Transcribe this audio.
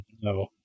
no